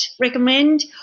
recommend